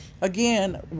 Again